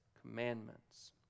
commandments